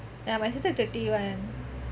ya my sister thirty one